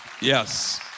yes